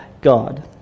God